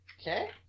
Okay